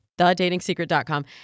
thedatingsecret.com